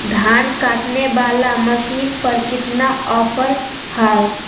धान काटने वाला मसीन पर कितना ऑफर हाय?